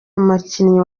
umukinnyi